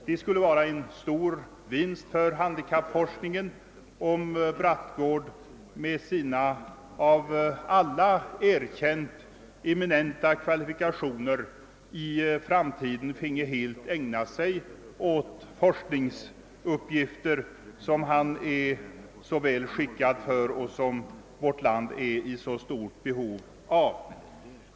Det skulle vara en stor vinst för handikappforskningen, om Brattgård med sina av alla erkända eminenta kvalifikationer i framtiden helt finge ägna sig åt forskningsuppgifter, som han är så väl lämpad för och vilkas lösande är så viktigt.